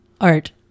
art